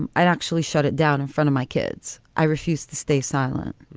and i'd actually shut it down in front of my kids. i refused to stay silent.